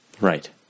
Right